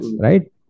right